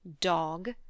Dog